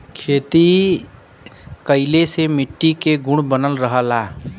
खेती कइले से मट्टी के गुण बनल रहला